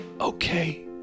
Okay